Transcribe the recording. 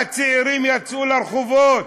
הצעירים יצאו לרחובות.